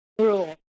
rule